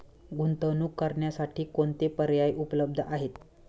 गुंतवणूक करण्यासाठी कोणते पर्याय उपलब्ध आहेत?